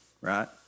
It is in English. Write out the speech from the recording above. right